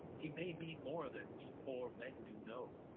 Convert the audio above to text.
he may meane more then we poor men do know,